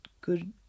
good